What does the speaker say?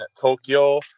Tokyo